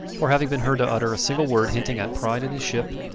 or having been heard to utter a single word hinting at pride in his ship,